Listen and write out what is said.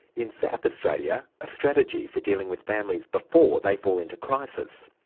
in south australia a strategy for dealing with families before they fall into crisis.